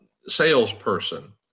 salesperson